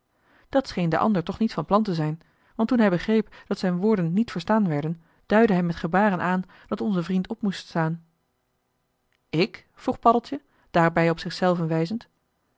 dat scheen de ander toch niet van plan te zijn want toen hij begreep dat zijn woorden niet verstaan werden duidde hij met gebaren aan dat onze vriend op moest staan ik vroeg paddeltje daarbij op zichzelven wijzend